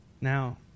Now